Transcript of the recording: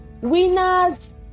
Winners